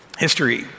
history